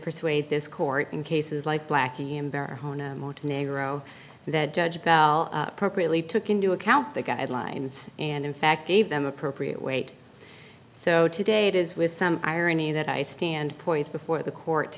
persuade this court in cases like blackie embarrassed to narrow that judge bell appropriately took into account the guidelines and in fact gave them appropriate weight so today it is with some irony that i stand poised before the court